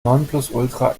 nonplusultra